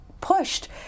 pushed